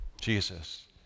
Jesus